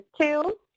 two